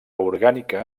orgànica